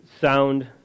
sound